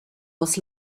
was